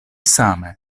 same